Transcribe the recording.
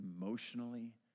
emotionally